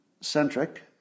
centric